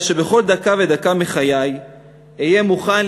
אלא שבכל דקה ודקה מחיי אהיה מוכן